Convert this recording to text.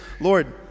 Lord